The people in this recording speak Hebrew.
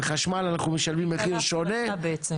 על חשמל אנחנו משלמים מחיר שונה?